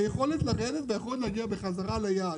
היכולת לרדת והיכולת להגיע בחזרה ליעד.